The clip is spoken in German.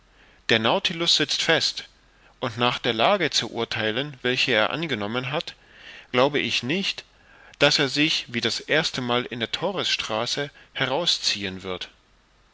der nautilus sitzt fest und nach der lage zu urtheilen welche er angenommen hat glaube ich nicht daß er sich wie das erste mal in der torres straße herausziehen wird